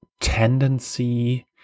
tendency